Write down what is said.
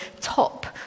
top